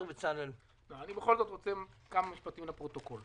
אני בכל זאת רוצה להגיד כמה משפטים לפרוטוקול.